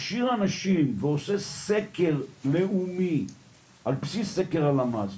מכשיר אנשים ועושה סקר לאומי על בסיס סקר הלשכה המרכזית